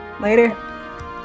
later